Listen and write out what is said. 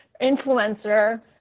influencer